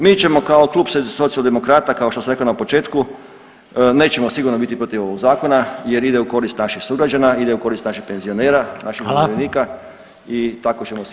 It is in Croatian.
Mi ćemo kao Klub Socijaldemokrata kao što sam rekao na početku, nećemo sigurno biti protiv ovog zakona jer ide u korist naših sugrađana, ide u korist naših penzionera, naših umirovljenika i tako ćemo … [[Govornik se ne razumije]] Hvala.